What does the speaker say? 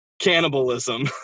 cannibalism